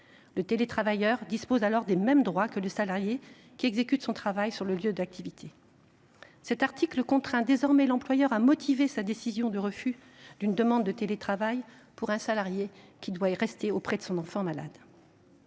Le télétravailleur dispose alors des mêmes droits que le salarié qui exécute son travail sur site. L’employeur est désormais tenu de motiver sa décision de refus d’une demande de télétravail pour un salarié qui doit rester auprès de son enfant malade.